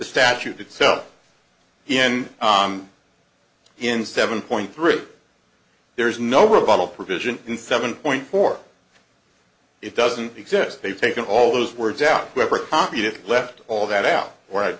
statute itself in in seven point three there's no rebuttal provision in seven point four it doesn't exist they've taken all those words out whoever copied it left all that out